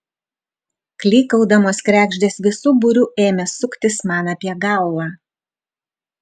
klykaudamos kregždės visu būriu ėmė suktis man apie galvą